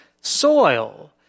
soil